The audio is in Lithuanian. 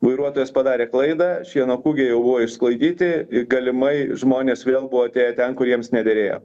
vairuotojas padarė klaidą šieno kūgiai jau buvo išsklaidyti galimai žmonės vėl buvo atėję ten kur jiems nederėjo